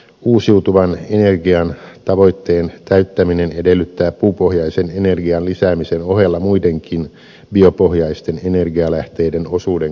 uusiutuvan energian tavoitteen täyttäminen edellyttää puupohjaisen energian lisäämisen ohella muidenkin biopohjaisten energialähteiden osuuden kasvattamista